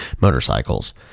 motorcycles